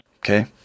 Okay